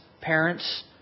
parents